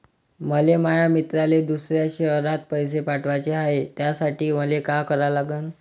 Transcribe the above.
मले माया मित्राले दुसऱ्या शयरात पैसे पाठवाचे हाय, त्यासाठी मले का करा लागन?